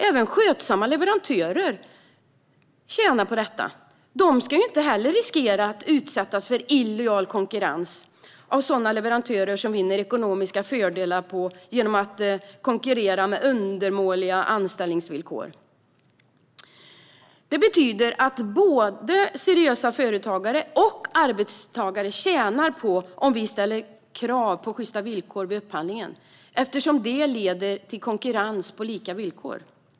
Även skötsamma leverantörer tjänar på detta. De ska inte heller riskera att utsättas för illojal konkurrens av sådana leverantörer som vinner ekonomiska fördelar genom att konkurrera med undermåliga anställningsvillkor. Detta betyder att både seriösa företagare och arbetstagare tjänar på att vi ställer krav på sjysta villkor vid upphandlingen, eftersom det leder till konkurrens på lika villkor.